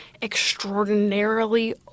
extraordinarily